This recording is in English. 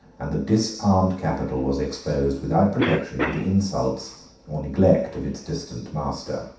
and the disarmed capital was exposed without protection to the insults or neglect of its distant master.